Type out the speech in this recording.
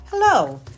Hello